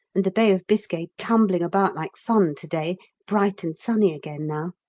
and the bay of biscay tumbling about like fun to-day bright and sunny again now.